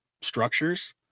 structures